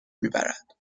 میبرد